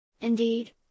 Indeed